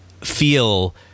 feel